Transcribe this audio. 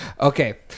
okay